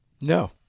No